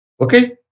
Okay